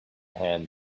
hand